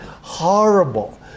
horrible